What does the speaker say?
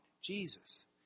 Jesus